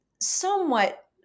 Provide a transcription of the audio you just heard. somewhat